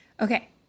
Okay